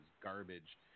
garbage